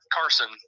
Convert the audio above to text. Carson